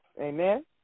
Amen